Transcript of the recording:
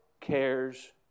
cares